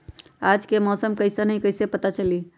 आज के मौसम कईसन हैं कईसे पता चली?